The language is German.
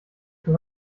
für